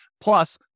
Plus